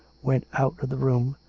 went out of the room,